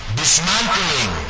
dismantling